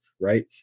right